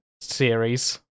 series